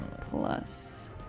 Plus